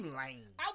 lame